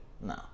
No